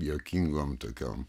juokingom tokiom